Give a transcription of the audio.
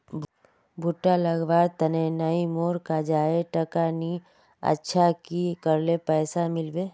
भुट्टा लगवार तने नई मोर काजाए टका नि अच्छा की करले पैसा मिलबे?